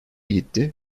gitti